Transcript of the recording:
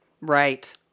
Right